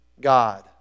God